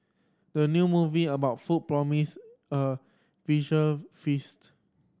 the new movie about food promise a visual feast